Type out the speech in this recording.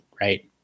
right